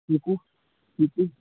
चीकू चीकू